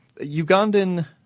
Ugandan